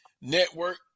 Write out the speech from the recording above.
network